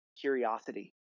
curiosity